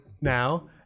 now